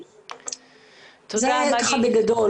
זה ככה בגדול.